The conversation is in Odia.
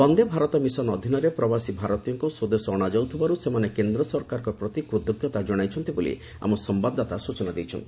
ବନ୍ଦେ ଭାରତ ମିଶନ୍ ଅଧୀନରେ ପ୍ରବାସୀ ଭାରତୀୟଙ୍କୁ ସ୍ୱଦେଶ ଅଣାଯାଉଥିବାରୁ ସେମାନେ କେନ୍ଦ୍ର ସରକାରଙ୍କ ପ୍ରତି କୃତଜ୍ଞତା ଜଣାଇଛନ୍ତି ବୋଲି ଆମ ସମ୍ଘାଦଦାତା ସୂଚନା ଦେଇଛନ୍ତି